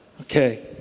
Okay